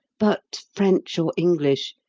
but, french or english,